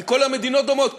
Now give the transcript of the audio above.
כי כל המדינות דומות,